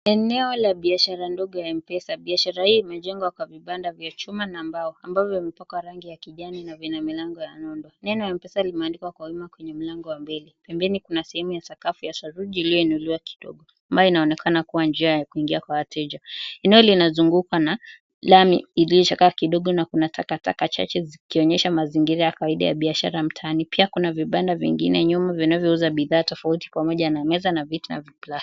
Eneo la biashara ndogo ya mpesa, biashara hii imejengwa kwa vibanda vya chuma na mbao ambavyo vimepakwa rangi ya kijani na vina milango ya nyundo neno mpesa limeandikwa wima kwenye mlango wa mbele, pembeni kuna sehemu ya sakafu ya saruji iliyoinuliwa kidogo ambayo inaonekana kuwa njia ya kuingia kwa wateja, inayozungukwa na lamu iliyochakaa kidogo na kuna takataka chache zikionyesha mazingira ya kawaida ya biashara mtaani pia kuna vibanda vingine nyuma vinanyouza bidhaa tofauti pamoja na meza na viti vya plastiki.